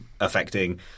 affecting